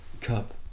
cup